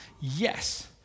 Yes